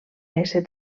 ésser